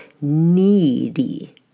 needy